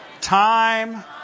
time